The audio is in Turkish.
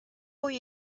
boyu